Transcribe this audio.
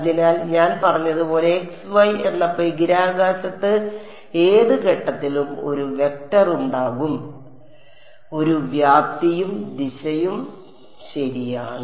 അതിനാൽ ഞാൻ പറഞ്ഞതുപോലെ x y എന്ന ബഹിരാകാശത്ത് ഏത് ഘട്ടത്തിലും ഒരു വെക്റ്റർ ഉണ്ടാകും അതിനാൽ ഒരു വ്യാപ്തിയും ദിശയും ശരിയാണ്